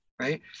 right